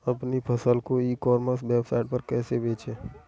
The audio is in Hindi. अपनी फसल को ई कॉमर्स वेबसाइट पर कैसे बेचें?